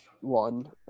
one